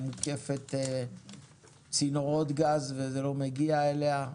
מוקפת צינורות גז וזה לא מגיע אליה.